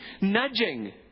nudging